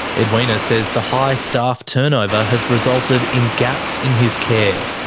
edwina says the high staff turnover has resulted in gaps in his care.